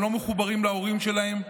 הם לא מחוברים להורים שלהם.